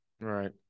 Right